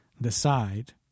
decide